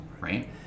right